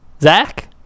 Zach